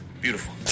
Beautiful